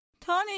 Tony